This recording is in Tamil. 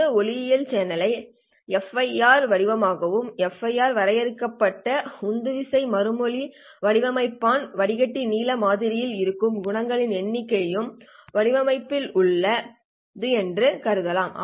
இந்த இழை ஒளியியல் சேனலை FIR வடிப்பானாகவும் FIR வரையறுக்கப்பட்ட உந்துவிசை மறுமொழி வடிப்பானாகவும் வடிகட்டி நீளம் மாதிரியில் இருக்கும் குணகங்களின் எண்ணிக்கையாகவும் வடிவமைக்கப்பட்டுள்ளது என்று நாம் கருதலாம்